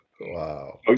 Wow